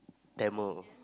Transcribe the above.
Tamil